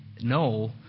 No